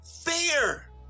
fear